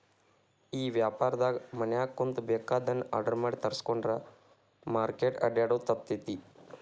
ಈ ವ್ಯಾಪಾರ್ದಾಗ ಮನ್ಯಾಗ ಕುಂತು ಬೆಕಾಗಿದ್ದನ್ನ ಆರ್ಡರ್ ಮಾಡಿ ತರ್ಸ್ಕೊಂಡ್ರ್ ಮಾರ್ಕೆಟ್ ಅಡ್ಡ್ಯಾಡೊದು ತಪ್ತೇತಿ